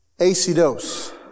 acidos